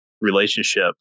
relationship